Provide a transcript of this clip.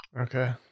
Okay